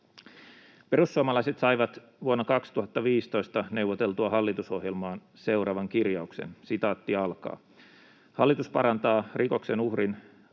Perussuomalaiset saivat vuonna 2015 neuvoteltua hallitusohjelmaan seuraavan kirjauksen: ”Hallitus parantaa rikoksen uhrin